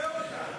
תפטר אותה, אדוני.